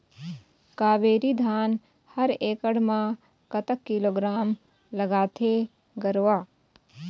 कावेरी धान हर एकड़ म कतक किलोग्राम लगाथें गरवा?